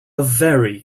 very